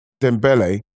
Dembele